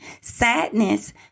sadness